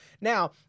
Now